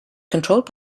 controlled